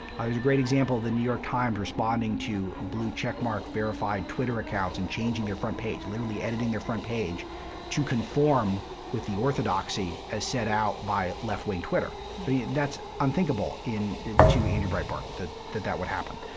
there's a great example, the new york times responding to blue-checkmark-verified twitter accounts and changing their front page, literally editing their front page to conform with the orthodoxy as set out by left-wing twitter. i mean, that's unthinkable in to andrew breitbart that that would happen.